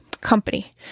Company